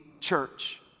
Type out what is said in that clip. church